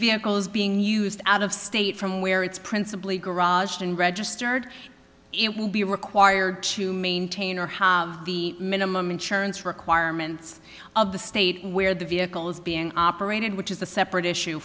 vehicle is being used out of state from where it's principally garage and registered it will be required to maintain or how the minimum insurance requirements of the state where the vehicle is being operated which is a separate issue